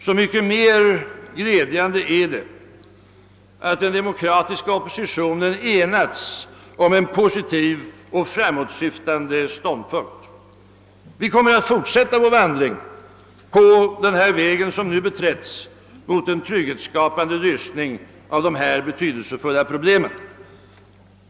Så mycket mer glädjande är det att den demokratiska oppositionen enats om en positiv och framåtsyftande ståndpunkt. Vi kommer att fortsätta vår vandring på den väg som nu beträtts mot en trygghetsskapande lösning av dessa betydelsefulla problem.